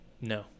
no